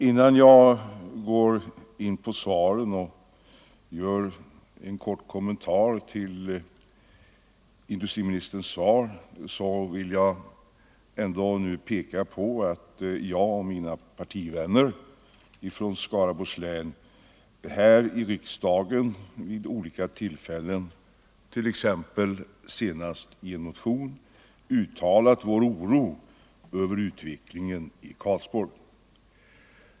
Innan jag gör en kort kommentar till industriministerns svar vill jag peka på att jag och mina partivänner från Skaraborgs län här i riksdagen vid olika tillfällen — senast i en motion — har uttalat vår oro över utvecklingen i Karlsborg.